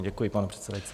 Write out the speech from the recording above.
Děkuji, pane předsedající.